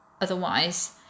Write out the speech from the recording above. otherwise